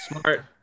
smart